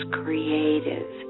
creative